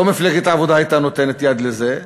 לא מפלגת העבודה הייתה נותנת יד לזה,